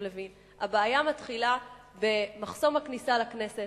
לוין: הבעיה מתחילה במחסום הכניסה לכנסת.